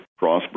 Crossbreed